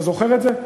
אתה זוכר את זה?